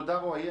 תודה, רועי.